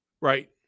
Right